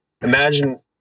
imagine